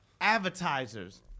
advertisers